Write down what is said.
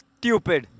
Stupid